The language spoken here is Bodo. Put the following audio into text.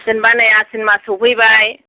जेनबा नै आसिन मास सौफैबाय